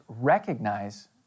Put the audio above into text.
recognize